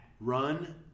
Run